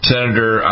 Senator